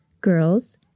girls